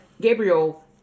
Gabriel